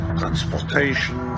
transportation